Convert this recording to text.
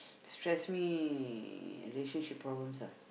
stress me relationship problems ah